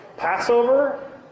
Passover